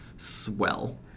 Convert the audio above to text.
Swell